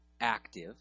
active